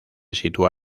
sitúa